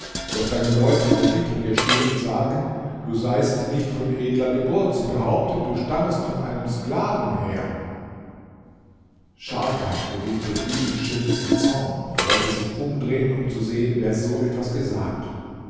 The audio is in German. doch deine leute die hinter dir stehen sagen du seist nicht von edler geburt sie behaupten du stammest von einem sklaven her scharkan geriet durch diesen schimpf in zorn und wollte sich umdrehen um zu sehen wer so etwas gesagt